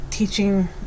teaching